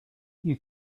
you